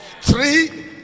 three